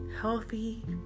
healthy